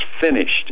finished